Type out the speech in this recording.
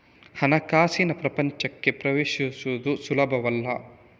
ಹಣಕಾಸಿನ ಪ್ರಪಂಚಕ್ಕೆ ಪ್ರವೇಶಿಸುವುದು ಸುಲಭವಲ್ಲ